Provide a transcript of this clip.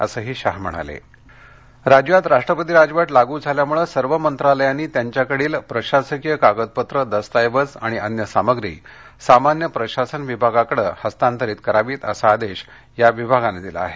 प्रशासन राज्यात राष्ट्रपती राजवट लागू झाल्यामुळे सर्व मंत्रालंयांनी त्यांच्याकडची प्रशासकीय कागदपत्र दस्तावेज आणि अन्य सामग्री सामान्य प्रशासन विभागाकडे हस्तांतरित करावीत असा आदेश या विभागानं दिला आहे